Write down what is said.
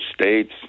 states